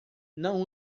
não